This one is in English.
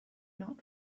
not